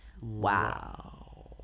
Wow